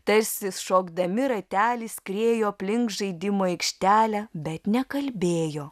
tarsi šokdami ratelį skriejo aplink žaidimų aikštelę bet nekalbėjo